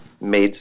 made